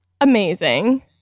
amazing